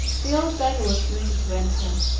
the old beggar was permitted to enter,